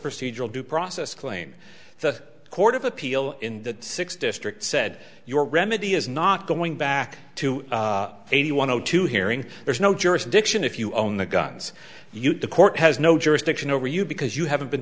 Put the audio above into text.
procedural due process claim the court of appeal in the six district said your remedy is not going back to eighty one zero two hearing there's no jurisdiction if you own the guns you the court has no jurisdiction over you because you haven't been